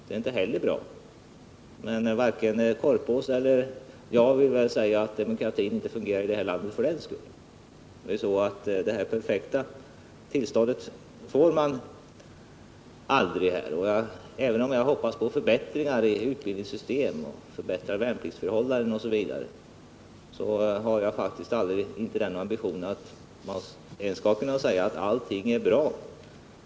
Men varken Sture Korpås eller jag vill väl för den skull säga att demokratin inte fungerar här i landet. Det perfekta tillståndet uppnår man aldrig. Även om jag hoppas på förbättringar i utbildningssystemet, förbättrade värnpliktsförhållanden osv., har jag faktiskt inte den ambitionen att man skall kunna säga att allt är bra.